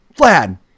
Vlad